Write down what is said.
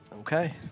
Okay